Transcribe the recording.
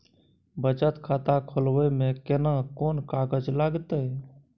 बचत खाता खोलबै में केना कोन कागज लागतै?